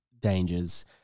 dangers